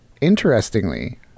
interestingly